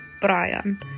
Brian